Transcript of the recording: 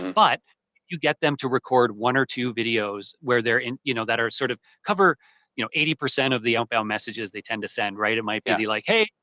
but you get them to record one or two videos where they're in. you know that are sort of cover you know eighty percent of the outbound messages they tend to send, right? yeah. it might be the, like hey,